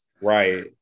right